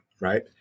right